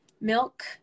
milk